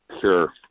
sure